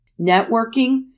Networking